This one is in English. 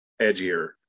edgier